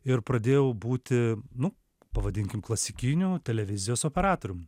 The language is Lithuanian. ir pradėjau būti nu pavadinkim klasikinių televizijos operatorium